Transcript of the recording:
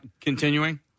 continuing